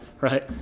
right